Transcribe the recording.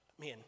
man